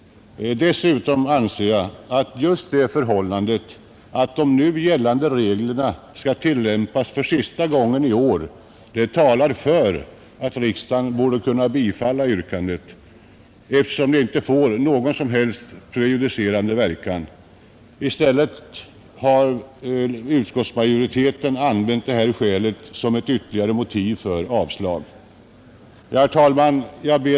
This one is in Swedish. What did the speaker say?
Dessutom anser jag att just det förhållandet att de nu gällande reglerna skall tillämpas för sista gången i år talar för att riksdagen borde kunna bifalla yrkandet, eftersom det inte får någon som helst prejudicerande verkan. I stället har utskottsmajoriteten använt detta skäl som ett ytterligare motiv för ett avstyrkande. Herr talman!